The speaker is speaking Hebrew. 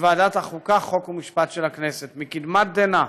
לוועדת החוקה, חוק ומשפט של הכנסת, מקדמת דנא,